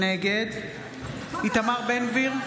נגד איתמר בן גביר,